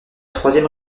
troisième